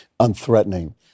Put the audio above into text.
unthreatening